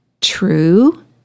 true